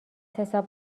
حساب